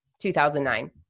2009